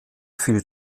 fiel